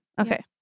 Okay